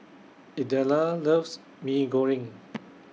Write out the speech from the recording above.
Idella loves Mee Goreng